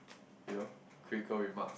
you know critical remark